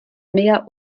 mehr